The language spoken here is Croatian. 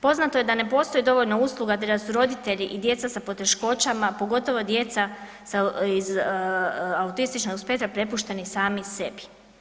Poznato je da ne postoji dovoljno usluga te da su roditelji i djeca sa poteškoćama pogotovo djeca iz autističnog spektra prepušteni sami sebi.